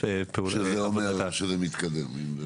זה אומר שזה מתקדם.